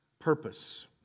purpose